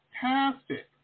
fantastic